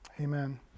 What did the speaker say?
Amen